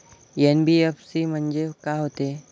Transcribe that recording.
NBFC म्हणजे का होते?